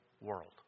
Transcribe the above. world